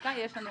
בחקיקה יש לנו